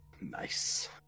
Nice